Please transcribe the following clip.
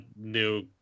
new